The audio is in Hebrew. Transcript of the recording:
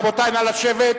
רבותי, נא לשבת.